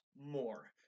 more